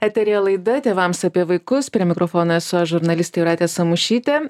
eteryje laida tėvams apie vaikus prie mikrofono esu aš žurnalistė jūratė samušytė